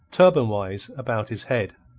turban-wise, about his head.